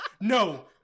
No